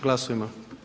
Glasujmo.